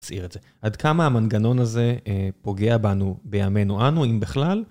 הסעיר את זה. עד כמה המנגנון הזה פוגע בנו בימינו אנו, אם בכלל?